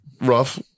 rough